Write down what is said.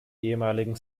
ehemaligen